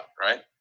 right